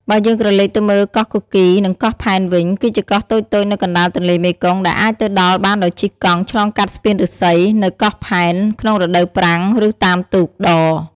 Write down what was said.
បើយើងក្រឡេកទៅមើល កោះគគីរ និងកោះផែនវិញ គឺជាកោះតូចៗនៅកណ្តាលទន្លេមេគង្គ ដែលអាចទៅដល់បានដោយជិះកង់ឆ្លងកាត់ស្ពានឫស្សី នៅកោះផែន ក្នុងរដូវប្រាំង ឬតាមទូកដ។